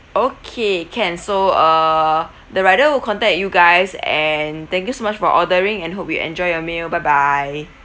okay can so err the rider will contact you guys and thank you so much for ordering and hope you enjoy your meal bye bye